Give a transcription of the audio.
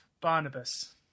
Barnabas